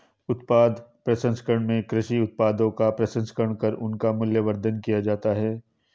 उत्पाद प्रसंस्करण में कृषि उत्पादों का प्रसंस्करण कर उनका मूल्यवर्धन किया जाता है